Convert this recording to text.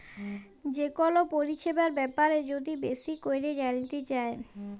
যে কল পরিছেবার ব্যাপারে যদি বেশি ক্যইরে জালতে চায়